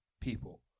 people